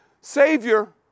Savior